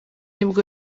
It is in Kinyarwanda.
nibwo